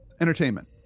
Entertainment